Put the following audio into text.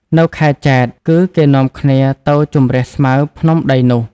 នៅខែចែត្រគឺ គេនាំគ្នាទៅជម្រះស្មៅភ្នំដីនោះ